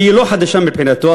שהיא לא חדשה מבחינתו,